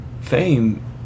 fame